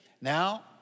Now